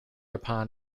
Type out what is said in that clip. upon